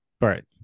right